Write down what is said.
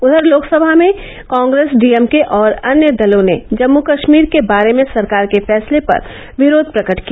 उधर लोकसभा में कांग्रेस डीएमके और अन्य दलों ने जम्म कश्मीर के बारे में सरकार के फैसले पर विरोध प्रकट किया